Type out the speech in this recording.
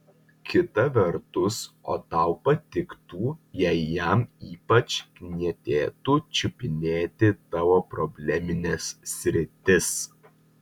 kita vertus o tau patiktų jei jam ypač knietėtų čiupinėti tavo problemines sritis